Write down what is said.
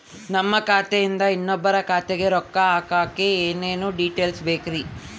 ನಮ್ಮ ಖಾತೆಯಿಂದ ಇನ್ನೊಬ್ಬರ ಖಾತೆಗೆ ರೊಕ್ಕ ಹಾಕಕ್ಕೆ ಏನೇನು ಡೇಟೇಲ್ಸ್ ಬೇಕರಿ?